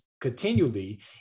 continually